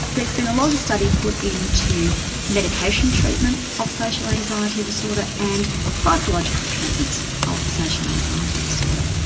there's been a lot of study put into medication treatment of social anxiety disorder and psychological treatments of social anxiety disorder.